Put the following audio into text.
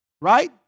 right